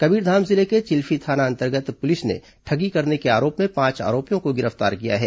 कबीरधाम जिले के चिल्फी थाना अंतर्गत पुलिस ने ठगी करने के आरोप में पांच आरोपियों को गिरफ्तार किया है